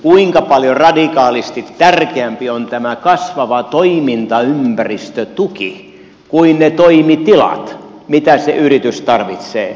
kuinka paljon radikaalisti tärkeämpi on tämä kasvava toimintaympäristötuki kuin ne toimitilat mitä se yritys tarvitsee